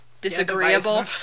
Disagreeable